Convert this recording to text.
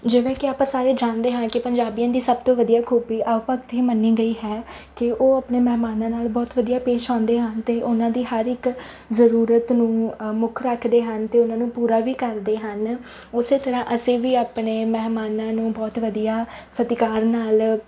ਜਿਵੇਂ ਕਿ ਆਪਾਂ ਸਾਰੇ ਜਾਣਦੇ ਹਾਂ ਕਿ ਪੰਜਾਬੀਆਂ ਦੀ ਸਭ ਤੋਂ ਵਧੀਆ ਖੂਬੀ ਆਓ ਭਗਤ ਹੀ ਮੰਨੀ ਗਈ ਹੈ ਕਿ ਉਹ ਆਪਣੇ ਮਹਿਮਾਨਾਂ ਨਾਲ ਬਹੁਤ ਵਧੀਆ ਪੇਸ਼ ਆਉਂਦੇ ਹਨ ਅਤੇ ਉਹਨਾਂ ਦੀ ਹਰ ਇੱਕ ਜ਼ਰੂਰਤ ਨੂੰ ਮੁੱਖ ਰੱਖਦੇ ਹਨ ਅਤੇ ਉਹਨਾਂ ਨੂੰ ਪੂਰਾ ਵੀ ਕਰਦੇ ਹਨ ਉਸ ਤਰ੍ਹਾਂ ਅਸੀਂ ਵੀ ਆਪਣੇ ਮਹਿਮਾਨਾਂ ਨੂੰ ਬਹੁਤ ਵਧੀਆ ਸਤਿਕਾਰ ਨਾਲ